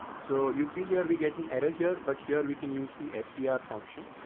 so you see here, we get an error here, but here we can use the sdr function.